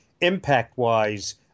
Impact-wise